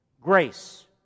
Grace